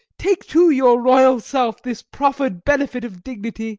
take to your royal self this proffer'd benefit of dignity